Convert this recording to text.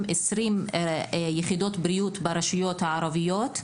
20 יחידות בריאות ברשויות הערביות,